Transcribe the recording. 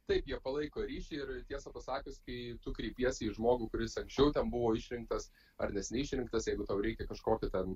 taip jie palaiko ryšį ir tiesą pasakius kai tu kreipiesi į žmogų kuris anksčiau ten buvo išrinktas ar neseniai išrinktas jeigu tau reikia kažkokio ten